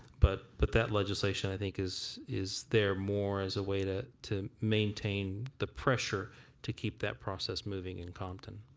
but but that legislation i think is is there more as a way to to maintain the pressure to keep that process moving in compton.